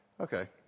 okay